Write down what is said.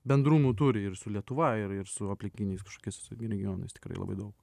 bendrumų turi ir su lietuva ir ir su aplinkiniais kažkokiais regionais tikrai labai daug